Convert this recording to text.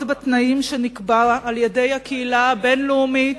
בתנאים שנקבעו על-ידי הקהילה הבין-לאומית,